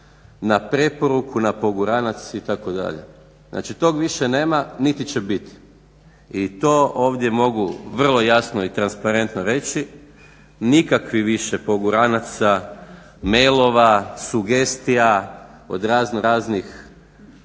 na preporuku na poguranac itd. Znači toga više nema niti će biti i to mogu ovdje vrlo jasno i transparentno reći, nikakvih više poguranaca, mailova, sugestija od razno